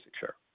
share